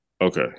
Okay